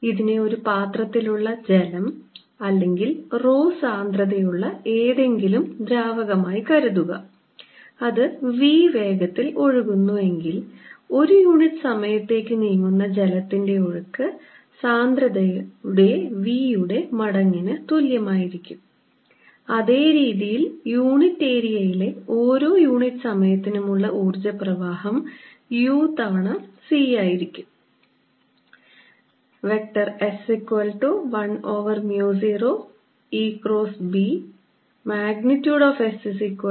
അതിനാൽ ഇതിനെ ഒരു പാത്രത്തിലുള്ള ഉള്ള ജലം അല്ലെങ്കിൽ rho സാന്ദ്രതയുള്ള ഏതെങ്കിലും ദ്രാവകമായി കരുതുക അത് v വേഗത്തിൽ ഒഴുകുന്നു എങ്കിൽ ഒരു യൂണിറ്റ് സമയത്തേക്ക് നീങ്ങുന്ന ജലത്തിന്റെ ഒഴുക്ക് സാന്ദ്രതയുടെ v യുടെ മടങ്ങിന് തുല്യമായിരിക്കും അതേ രീതിയിൽ യൂണിറ്റ് ഏരിയയിലെ ഓരോ യൂണിറ്റ് സമയത്തിനും ഉള്ള ഊർജ്ജപ്രവാഹം u തവണ c ആയിരിക്കും